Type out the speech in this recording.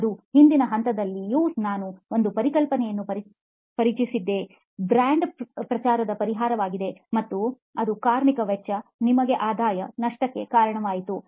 ಅದು ಹಿಂದಿನ ಹಂತದಲ್ಲಿಯೂ ನಾವು ಒಂದು ಪರಿಕಲ್ಪನೆಯನ್ನು ಪರಿಚಯಿಸಿದ್ದೇವೆ ಬ್ರ್ಯಾಂಡ್ ಪ್ರಚಾರದ ಪರಿಹಾರವಾಗಿದೆ ಮತ್ತು ಅದು ಕಾರ್ಮಿಕ ವೆಚ್ಚ ನಿಮಗೆ ಆದಾಯ ನಷ್ಟಕ್ಕೆ ಕಾರಣವಾಯಿತು